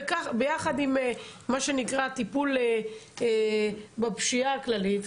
ביחד עם מה שנקרא טיפול בפשיעה הכללית,